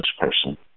person